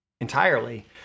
entirely